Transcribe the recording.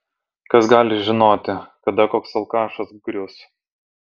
kas gali žinoti kada koks alkašas grius